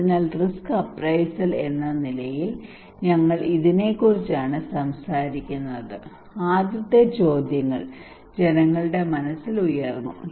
അതിനാൽ risk appraisal എന്ന നിലയിൽ ഞങ്ങൾ ഇതിനെക്കുറിച്ചാണ് സംസാരിക്കുന്നത് ആദ്യത്തെ ചോദ്യങ്ങൾ ജനങ്ങളുടെ മനസ്സിൽ ഉയർന്നു